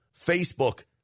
Facebook